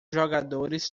jogadores